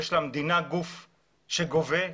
יש למדינה גוף שגובה,